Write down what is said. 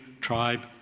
tribe